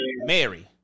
Mary